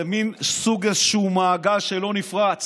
מין סוג של איזשהו מעגל שלא נפרץ: